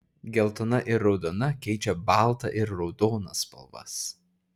geltona ir raudona keičia baltą ir raudoną spalvas